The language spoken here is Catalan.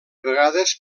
vegades